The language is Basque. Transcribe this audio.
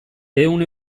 ehun